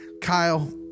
Kyle